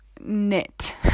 knit